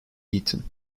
eaten